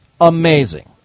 amazing